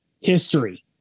history